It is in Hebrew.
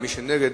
מי שנגד,